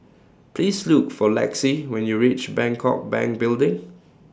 Please Look For Lexie when YOU REACH Bangkok Bank Building